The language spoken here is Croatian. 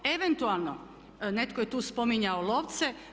Eventualno netko je tu spominjao lovce.